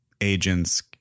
agents